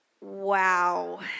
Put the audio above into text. Wow